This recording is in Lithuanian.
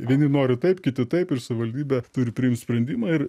vieni nori taip kiti taip ir savivaldybė turi priimt sprendimą ir